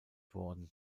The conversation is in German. worden